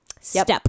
step